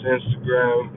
Instagram